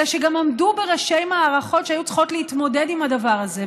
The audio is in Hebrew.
אלא גם עמדו בראש מערכות שהיו צריכות להתמודד עם הדבר הזה.